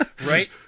right